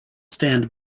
stand